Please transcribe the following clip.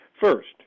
First